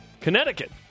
Connecticut